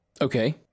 okay